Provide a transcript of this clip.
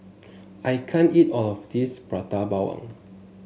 I can't eat all of this Prata Bawang